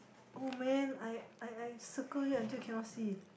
oh man I I I circle it until I cannot see